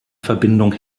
verbindung